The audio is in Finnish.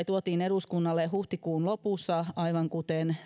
tuotiin eduskunnalle huhtikuun lopussa aivan kuten